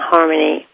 Harmony